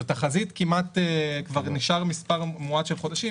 זו תחזית נשאר מספר מועט של חודשים,